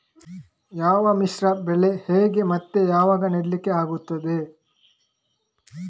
ಯಾವ ಮಿಶ್ರ ಬೆಳೆ ಹೇಗೆ ಮತ್ತೆ ಯಾವಾಗ ನೆಡ್ಲಿಕ್ಕೆ ಆಗ್ತದೆ?